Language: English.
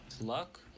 Luck